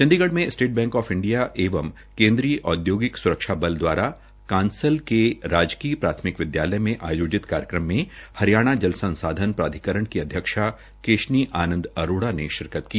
चंडीगढ़ में state bank of India एवं केन्द्रीय औद्योगिक सुरक्षा बल द्वारा कांसल के राजकीय प्राथमिक विद्यालय में आयोजित कार्यक्रम में हरियाणा जल संसाधन प्राधिकरण की अध्यक्षा केशनी आनंद अरोड़ा ने शिरकत की